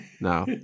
No